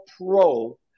pro